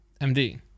MD